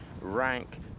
rank